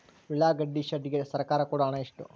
ಉಳ್ಳಾಗಡ್ಡಿ ಶೆಡ್ ಗೆ ಸರ್ಕಾರ ಕೊಡು ಹಣ ಎಷ್ಟು?